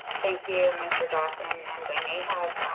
thank you mr. dawson and i may have